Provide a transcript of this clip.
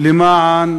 למען